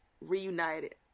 reunited